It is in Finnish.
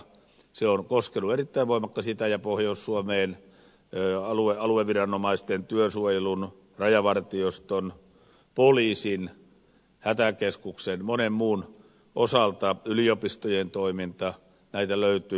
se on koskenut erittäin voimakkaasti itä ja pohjois suomeen alueviranomaisten työsuojelun rajavartioston poliisin hätäkeskuksen ja monen muun osalta yliopistojen toimintaan näitä löytyy